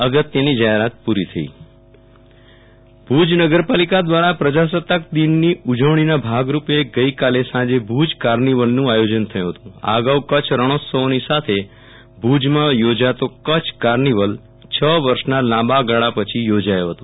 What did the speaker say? અગત્યની જાહેરાત પુ રી થઈ વિરલ રાણા ભુજ કાર્નિવલ ભુજ નગર પાલિકા દ્રારા પ્રજાસત્તાક દિનની ઉજવણીના ભાગરૂપે ગઈકાલે સાંજે ભુજ કાર્નિવલનું આયોજન થયુ હતું આ અગાઉ કચ્છ રણોત્સવની સાથે ભુજમાં યોજાતો કચ્છ કાર્નિવલ છ વર્ષના લાંબા ગાળા પછી યોજાયો હતો